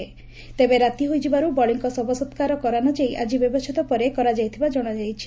ଡେବେ ରାତି ହୋଇଯିବାରୁ ବଳିଙ୍କ ଶବସକାର କରାନଯାଇ ଆଜି ବ୍ୟବଛେଦ ପରେ କରାଯାଇଥିବା ଜଶାଯାଇଛି